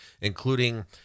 including